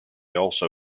also